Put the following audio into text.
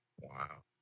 Wow